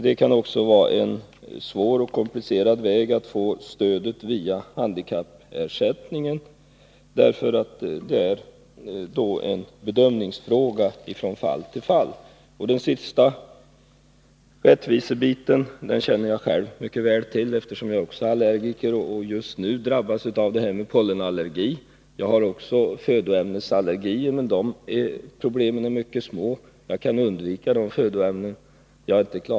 Det kan också vara en svår och komplicerad väg att ge stödet via handikappersättningen, eftersom det då blir en bedömningsfråga från fall till fall. Den rättvisefrågan känner jag väl till, eftersom jag själv är allergiker och just nu drabbas av pollenallergi. Jag har också födoämnesallergier, men de problemen är mycket små, eftersom jag kan undvika de födoämnen jag inte tål.